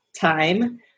time